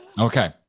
Okay